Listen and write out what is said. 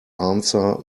answer